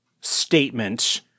statement